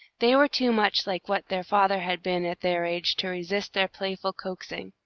they were too much like what their father had been at their age to resist their playful coaxing.